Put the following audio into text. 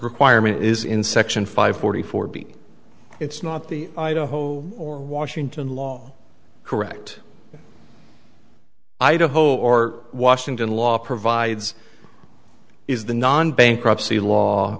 requirement is in section five forty four b it's not the idaho or washington law correct i don't hole or washington law provides is the non bankruptcy law